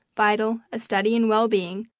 vital, a study in well-being,